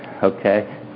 Okay